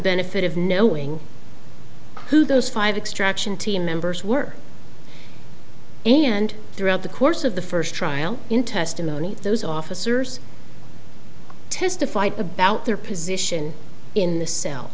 benefit of knowing who those five extraction team members were and throughout the course of the first trial in testimony those officers testified about their position in t